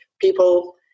people